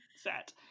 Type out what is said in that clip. set